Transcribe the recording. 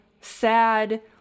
sad